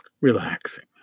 relaxing